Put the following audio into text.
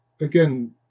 again